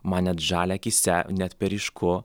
man net žalia akyse net per ryšku